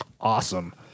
Awesome